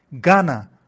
Ghana